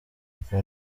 ngo